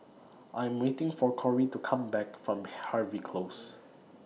I Am waiting For Kory to Come Back from Harvey Close